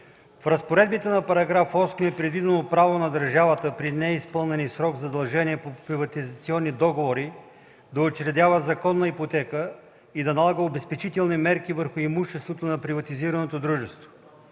В разпоредбите на § 8 е предвидено право на държавата при неизпълнени в срок задължения по приватизационни договори да учредява законна ипотека и да налага обезпечителни мерки върху имуществото на приватизираното дружество.